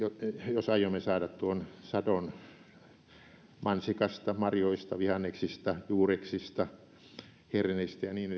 jos aiomme saada korjatuksi tuon sadon mansikasta marjoista vihanneksista juureksista herneistä ja niin